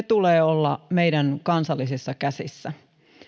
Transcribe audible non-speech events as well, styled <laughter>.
<unintelligible> tulee olla meidän kansallisissa käsissämme